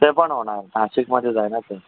ते पण होणार नाशिकमध्येच आहे ना ते